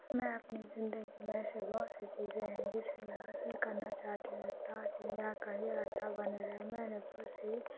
میں اپنی زندگی میں ایسے بہت سی چیزیں ہیں جسے میں حاصل کرنا چاہتی ہوں تاکہ میرا کیریئر اچھا بنے رہے میں نے بس یہی